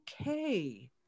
okay